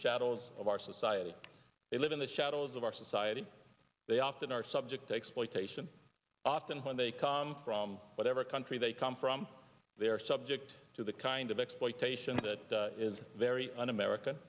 shadows of our society they live in the shadows of our society they often are subject to exploitation often when they come from whatever country they come from they are subject to the kind of exploitation that is very un american